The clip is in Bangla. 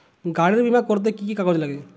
গাড়ীর বিমা করতে কি কি কাগজ লাগে?